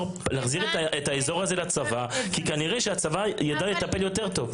להחזיר את האזור הזה לצבא כי כנראה שהצבא ידע לטפל יותר טוב.